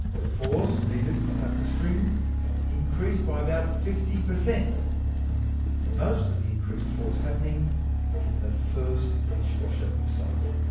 the force needed to cut the string increased by about fifty per cent with most of the increased force happening after the first dishwasher cycle.